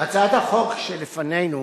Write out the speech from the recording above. הצעת החוק שלפנינו,